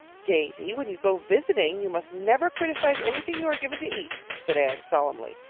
davy, when you go visiting you must never criticize anything you are given to eat, said anne solemnly.